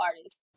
artists